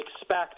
expect